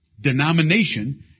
denomination